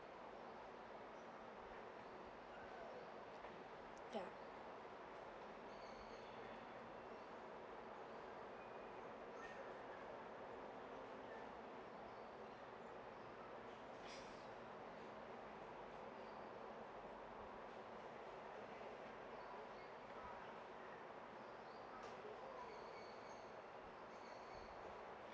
yeah